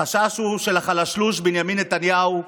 החשש הוא של החלשלוש בנימין נתניהו,